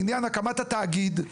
לעניין הקמת התאגיד,